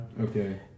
Okay